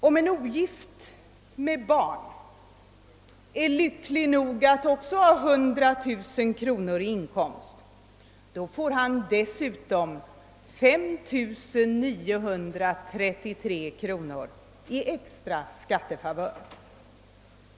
Om en ogift med barn är lycklig nog att också ha 100000 kronor i inkomst får han 5933 kronor i extra skattefavör.